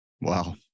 Wow